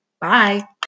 Bye